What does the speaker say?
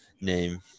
name